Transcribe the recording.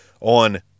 on